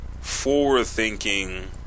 forward-thinking